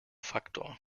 faktor